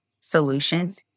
solutions